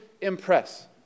impress